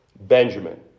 Benjamin